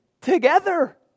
together